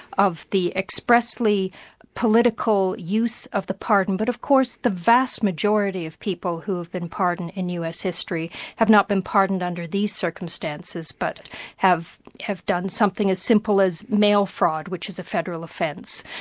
of the expressly political use of the pardon. but of course the vast majority of people who have been pardoned in us history, have not been pardoned under these circumstances, but have have done something as simple as mail fraud, which is a federal offence,